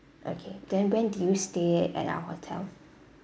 okay then when did you stay at our hotel